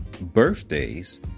birthdays